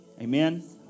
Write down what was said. amen